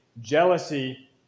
jealousy